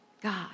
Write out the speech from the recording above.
God